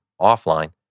offline